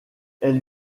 elle